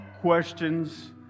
questions